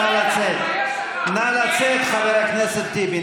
נא לצאת, חבר הכנסת טיבי.